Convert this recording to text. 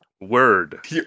word